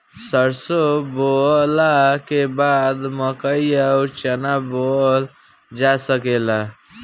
सरसों बोअला के बाद मकई अउर चना बोअल जा सकेला